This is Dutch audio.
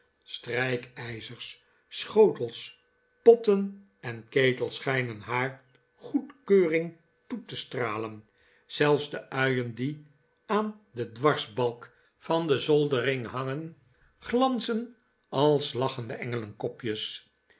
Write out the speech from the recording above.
strijkijzers schotels potten en ketels schijnen haar goedkeuring toe te stralen zelfs de uien die aan den dwarsbalk van de zoldering hangen glanzen als lachende engelenkopjes